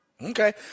Okay